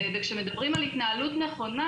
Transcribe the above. כשמדברים על התנהלות נכונה,